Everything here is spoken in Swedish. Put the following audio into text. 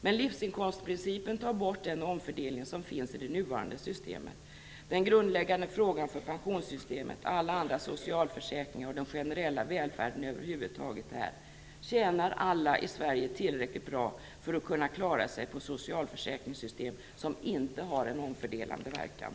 Men livsinkomstprincipen tar bort den omfördelning som finns i det nuvarande systemet. Den grundläggande frågan för pensionssystemet, alla andra socialförsäkringar och den generella välfärden över huvud taget är: Tjänar alla i Sverige tillräckligt bra för att kunna klara sig på socialförsäkringssystem som inte har en omfördelande verkan?